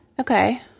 Okay